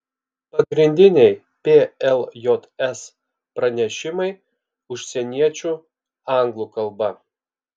pagrindiniai pljs pranešimai užsieniečių anglų kalba